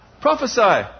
prophesy